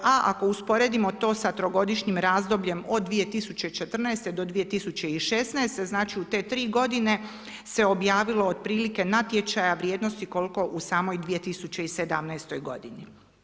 A ako usporedimo to sa trogodišnjim razdobljem od 2014. do 2016., znači, u te 3 godine se objavilo otprilike natječaja vrijednosti koliko u samoj 2017. godini.